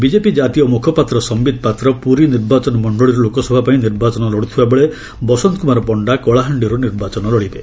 BJP ଜାତୀୟ ମୁଖପାତ୍ର ସମ୍ଭିତ୍ ପାତ୍ର ପୁରୀ ନିର୍ବାଚନ ମଣ୍ଡଳୀରୁ ଲୋକସଭା ପାଇଁ ନିର୍ବାଚନ ଲଢ଼ୁଥିବାବେଳେ ବସନ୍ତ କୁମାର ପଣ୍ଡା କଳାହାଣ୍ଡିର୍ ନିର୍ବାଚନ ଲଢ଼ିବେ